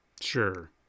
Sure